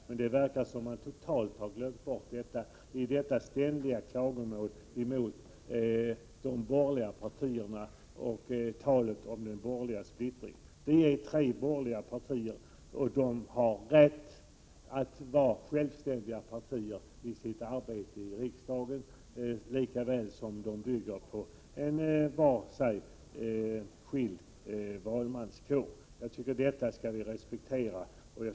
Men det verkar som om man totalt har glömt bort det i dessa ständiga klagomål mot de borgerliga partierna och talet om den borgerliga splittringen. Vi är tre borgerliga partier som har rätt att vara självständiga i arbetet i riksdagen, lika väl som varje parti bygger på olika väljargrupper. Jag tycker att vi skall respektera det.